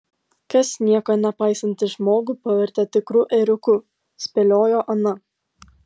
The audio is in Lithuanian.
kas nieko nepaisantį žmogų pavertė tikru ėriuku spėliojo ana